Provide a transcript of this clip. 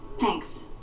Thanks